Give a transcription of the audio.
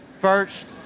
First